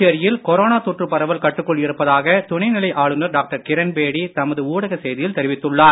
புதுச்சேரியில் கொரோனா தொற்று பரவல் கட்டுக்குள் இருப்பதாக துணை நிலை ஆளுனர் டாக்டர் கிரண்பேடி தமது ஊடக செய்தியில் தெரிவித்துள்ளார்